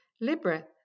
Libra